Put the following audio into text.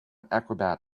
acrobatics